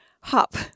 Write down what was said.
hop